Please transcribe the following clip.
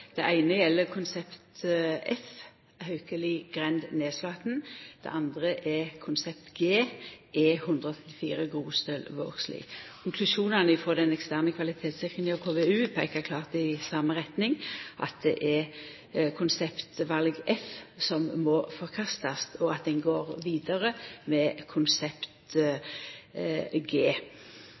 Det eine gjeld konsept F, Haukeligrend–Nesvatn, det andre er konsept G, E134 Grostøl–Vågslid. Konklusjonane frå den eksterne kvalitetssikringa, KVU, peiker klart i same retning – at det er konseptval F som må forkastast, og at ein går vidare med konsept G. Eg